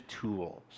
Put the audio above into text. tools